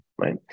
right